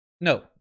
no